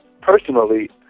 personally